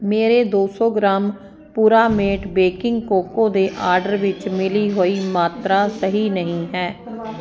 ਮੇਰੇ ਦੋ ਸੌ ਗ੍ਰਾਮ ਪੁਰਾਮੇਟ ਬੇਕਿੰਗ ਕੋਕੋ ਦੇ ਆਰਡਰ ਵਿੱਚ ਮਿਲੀ ਹੋਈ ਮਾਤਰਾ ਸਹੀ ਨਹੀਂ ਹੈ